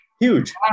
huge